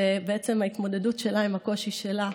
ובעצם ההתמודדות שלה עם הקושי שלה,